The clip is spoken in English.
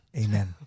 amen